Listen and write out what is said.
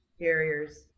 barriers